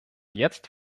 jetzt